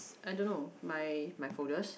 I don't know my my folders